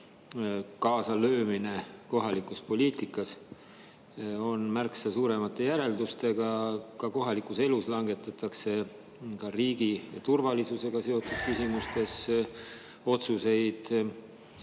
kaasalöömine kohalikus poliitikas on märksa suuremate [järelmitega]. Ka kohalikus elus langetatakse riigi ja turvalisusega seotud küsimustes otsuseid